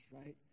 right